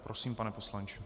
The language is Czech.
Prosím, pane poslanče.